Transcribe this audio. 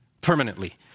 permanently